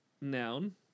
Noun